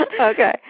Okay